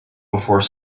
before